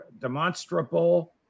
demonstrable